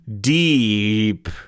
deep